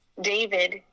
David